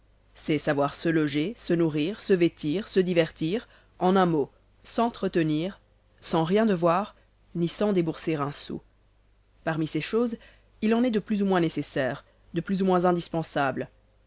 c'est savoir se loger se nourrir se vêtir se divertir en un mot s'entretenir sans rien devoir ni sans débourser un sou parmi ces choses il en est de plus ou moins nécessaires de plus ou moins indispensables